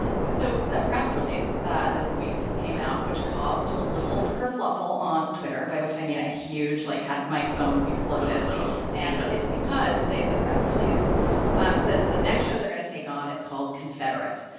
so a press release this week came out which caused a little kerfluffle on twitter, by which i mean a huge like, had my phone exploded oh, no and. because. it's because they the press release um says that the next show they're going to take on is called confederate.